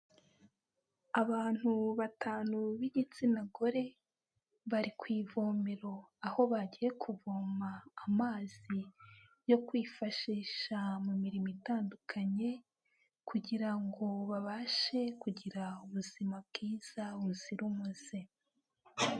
Abantu batanu b'igitsina gore, bari ku ivomero aho bagiye kuvoma amazi yo kwifashisha mu mirimo itandukanye kugira ngo babashe kugira ubuzima bwiza buzira umuze.